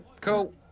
Cool